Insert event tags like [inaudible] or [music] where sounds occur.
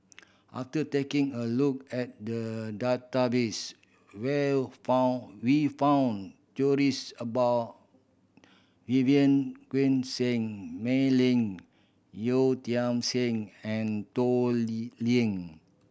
after taking a look at the database will found we found [unintelligible] about Vivien [unintelligible] Seah Mei Lin Yeo Tiam Siew and Toh Liying